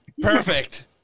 Perfect